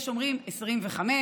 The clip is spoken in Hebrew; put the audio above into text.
יש אומרים 25,